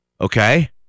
okay